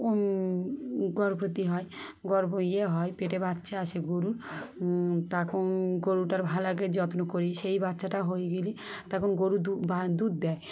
গর্ভবতী হয় গর্ভ ইয়ে হয় পেটে বাচ্চা আসে গরুর তখন গরুটার ভালো আগে যত্ন করি সেই বাচ্চাটা হয়ে গেলে তখন গরু দুধ দেয়